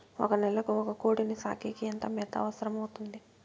ఒక నెలకు ఒక కోడిని సాకేకి ఎంత మేత అవసరమవుతుంది?